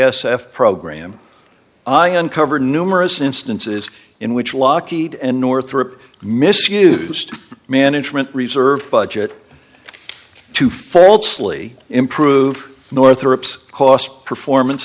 f program i uncover numerous instances in which lockheed and northrop misused management reserve budget to falsely improve northrop's cost performance